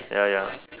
ya ya